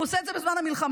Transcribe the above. הוא עושה את זה בזמן המלחמה.